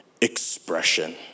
expression